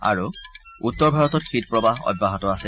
আৰু উত্তৰ ভাৰতত শীত প্ৰবাহ অব্যাহত আছে